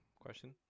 question